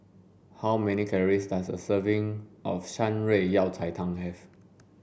how many calories does a serving of Shan Rui Yao Cai Tang have